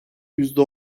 yüzde